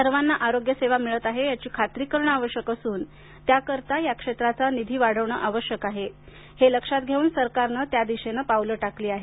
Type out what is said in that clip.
सर्वांना आरोग्य सेवा मिळत आहे याची खात्री करणं आवश्यक असून त्याकरता या क्षेत्राचा निधी वाढवणं आवश्यक आहे हे लक्षात घेऊन सरकारनं त्या दिशेनं पावलं टाकली आहेत